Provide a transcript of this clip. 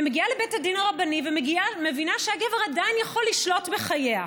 היא מגיעה לבית הדין הרבני ומבינה שהגבר עדיין יכול לשלוט בחייה.